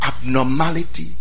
abnormality